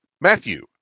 Matthew